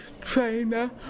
trainer